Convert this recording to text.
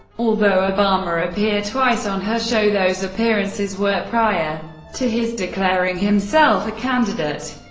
although obama appeared twice on her show, those appearances were prior to his declaring himself a candidate.